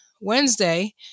Wednesday